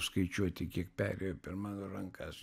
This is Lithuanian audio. skaičiuoti kiek perėjo per mano rankas